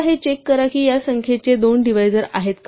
आता हे चेक करा की या संख्येचे दोन डिवाईझर आहेत का